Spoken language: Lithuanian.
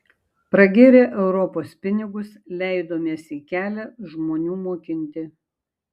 pragėrę europos pinigus leidomės į kelią žmonių mokinti